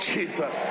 Jesus